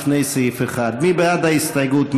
לפני סעיף 1. מי בעד ההסתייגות?